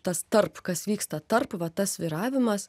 tas tarp kas vyksta tarp va tas svyravimas